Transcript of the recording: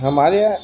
हमारे यहाँ